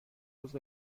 روز